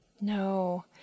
No